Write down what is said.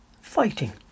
fighting